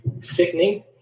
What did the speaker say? sickening